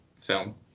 film